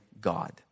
God